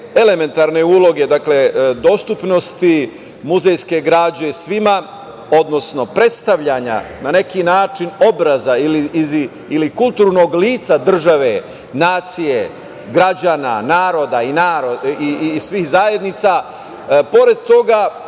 elementarne uloge, dakle dostupnosti muzejske građe svima, odnosno predstavljanja na neki način obraza ili kulturnog lica države, nacije, građana, naroda i svih zajednica. Pored toga